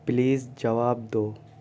please جواب دو